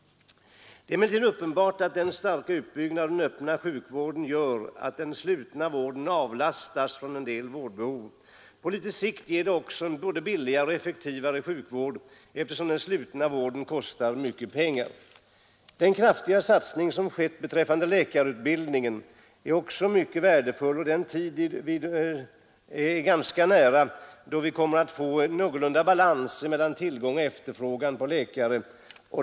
Det är emellertid uppenbart att utbyggnaden av den öppna sjukvården gör att den slutna vården avlastas en del vårdbehov. På litet sikt ger det också en både billigare och effektivare sjukvård, eftersom den slutna vården kostar mycket pengar. Deh kraftiga satsning som skett beträffande läkarutbildningen är också mycket värdefull, och den tid är ganska nära då vi kommer att få någorlunda balans mellan tillgång och efterfrågan på läkare.